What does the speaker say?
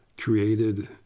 created